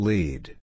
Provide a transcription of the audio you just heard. Lead